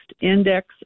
index